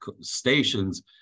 stations